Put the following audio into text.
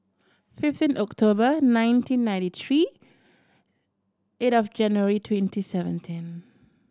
fifteen October nineteen ninety three eight of January twenty seventeen